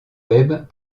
web